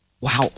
Wow